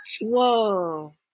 whoa